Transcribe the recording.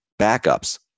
backups